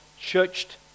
churched